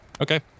Okay